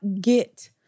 get